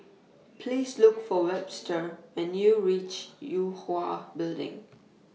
Please Look For Webster when YOU REACH Yue Hwa Building